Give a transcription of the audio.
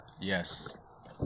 Yes